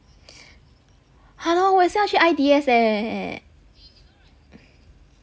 !hannor! 我也是要去 I_D_S leh